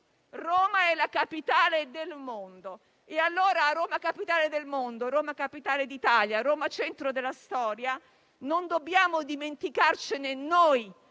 «Roma è la capitale del mondo» e di Roma capitale del mondo, di Roma capitale d'Italia, di Roma centro della storia non dobbiamo dimenticarcene noi